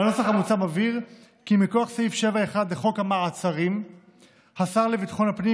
הנוסח המוצע מבהיר כי מכוח סעיף 7(1) לחוק המעצרים השר לביטחון הפנים